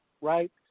Right